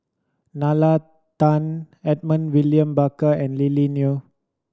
Nalla Tan Edmund William Barker and Lily Neo